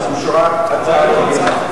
הצעה רגילה.